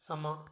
ਸਮਾਂ